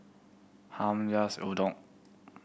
Hamp loves Udon